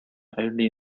only